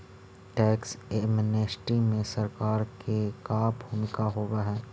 tax amnesty में सरकार के का भूमिका होव हई